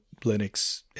Linux